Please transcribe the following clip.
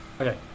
Okay